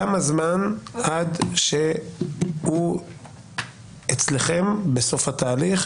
כמה זמן ייקח עד שהוא יימצא בסוף התהליך אצלכם?